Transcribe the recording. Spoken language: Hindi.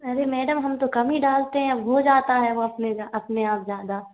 अरे मैडम हम तो कम ही डालते हैं अब हो जाता है वो अपने अपने आप ज़्यादा